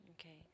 Okay